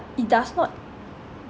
it does not